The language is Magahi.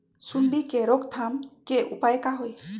सूंडी के रोक थाम के उपाय का होई?